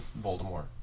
Voldemort